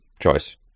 choice